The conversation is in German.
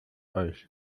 euch